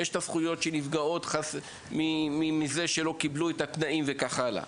יש את הזכויות שנפגעות מזה שלא קיבלו את התנאים וכך הלאה.